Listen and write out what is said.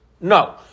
No